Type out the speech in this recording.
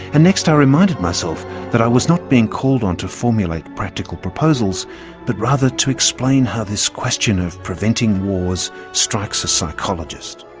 and next, i reminded myself that i was not being called on to formulate practical proposals but rather to explain how this question of preventing wars strikes a psychologist.